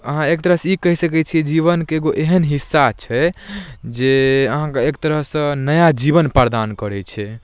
अहाँ एक तरहसँ ई कही सकै छी जीवनके एगो एहन हिस्सा छै जे अहाँके एक तरहसँ नया जीवन प्रदान करै छै